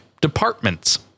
departments